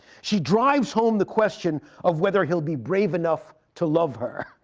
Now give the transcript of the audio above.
she drives home the question of whether he'll be brave enough to love her,